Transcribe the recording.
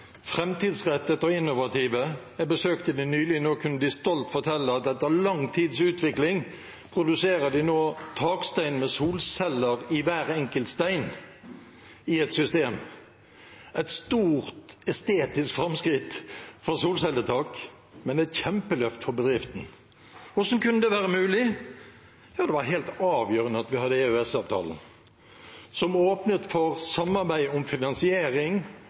og innovative. Jeg besøkte dem nylig, og da kunne de stolt fortelle at de etter lang tids utvikling nå produserer takstein med solceller i hver enkelt stein i et system. Det er et stort estetisk framskritt for solcelletak og et kjempeløft for bedriften. Hvordan kunne det være mulig? Jo, det var helt avgjørende at vi hadde EØS-avtalen, som åpnet for samarbeid om finansiering,